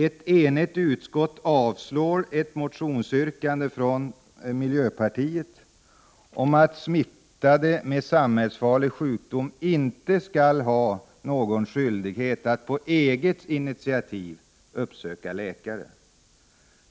Ett enigt utskott avstyrker ett motionsyrkande från miljöpartiet om att smittade med samhällsfarlig sjukdom inte skall ha någon skyldighet att på eget initiativ uppsöka läkare.